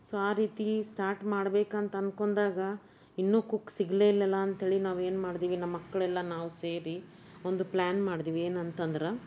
so ಆ ರೀತಿ start ಮಾಡ್ಬೇಕಂತ ಅಂದ್ಕೊಂಡಾಗ ಇನ್ನೂ ಕುಕ್ ಸಿಗಲೇ ಇಲ್ಲ ಅಲ್ಲ ಅಂಥೇಳಿ ನಾವೇನು ಮಾಡಿದ್ವಿ ನಮ್ಮ ಮಕ್ಕಳೆಲ್ಲ ನಾವು ಸೇರಿ ಒಂದು ಪ್ಲ್ಯಾನ್ ಮಾಡಿದ್ವಿ ಏನಂತಂದ್ರೆ